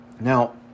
Now